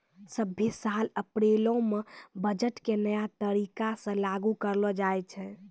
सभ्भे साल अप्रैलो मे बजट के नया तरीका से लागू करलो जाय छै